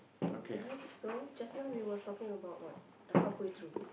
alright so just now we was talking about what the halfway through